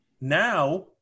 now